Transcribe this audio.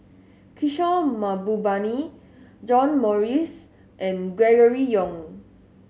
Kishore Mahbubani John Morrice and Gregory Yong